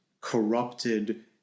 corrupted